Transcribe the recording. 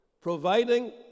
Providing